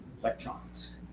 electrons